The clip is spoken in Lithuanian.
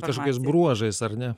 kažkokiais bruožais ar ne